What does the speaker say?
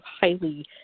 highly